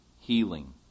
healing